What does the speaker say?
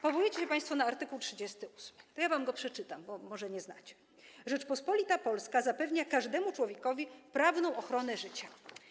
Powołujecie się państwo na art. 38, to wam go przeczytam, bo może go nie znacie: Rzeczpospolita Polska zapewnia każdemu człowiekowi prawną ochronę życia.